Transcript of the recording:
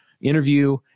interview